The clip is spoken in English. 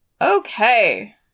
Okay